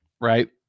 right